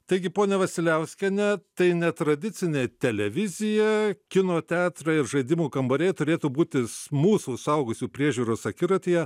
taigi pone vasiliauskiene tai netradicinė televizija kino teatrai ir žaidimų kambariai turėtų būti mūsų suaugusių priežiūros akiratyje